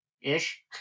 Ish